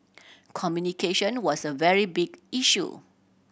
communication was a very big issue